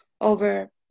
over